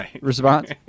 response